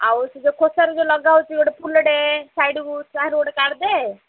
ଆଉ ସେ ଯୋ ଖୋସାରେ ଯୋ ଲଗା ହେଉଛି ଗୋଟେ ଫୁଲଟେ ସାଇଡ଼୍କୁ ତାହାରୁ ଗୋଟେ କାଢ଼ିଦେ